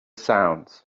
sounds